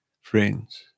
friends